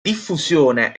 diffusione